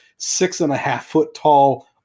six-and-a-half-foot-tall